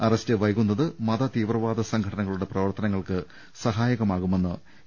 arrest വൈകുന്നത് മതതീവ്രവാദ സംഘടനകളുടെ പ്രവർത്ത നങ്ങൾക്ക് സഹായകമാകുമെന്ന് എ